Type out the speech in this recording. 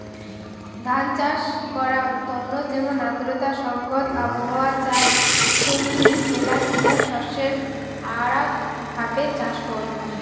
ধান চাষ করাঙ তন্ন যেমন আর্দ্রতা সংগত আবহাওয়া চাই তেমনি মেলাগিলা শস্যের আরাক ভাবে চাষ হই